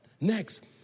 Next